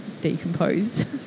decomposed